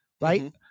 right